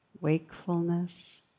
wakefulness